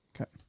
Okay